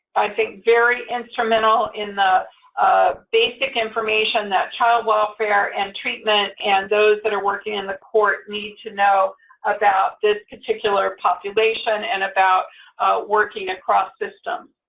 i think, very instrumental in the basic information that child welfare and treatment and those that are working in the court need to know about this particular population and about working across system.